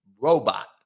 robot